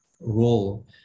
role